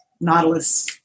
nautilus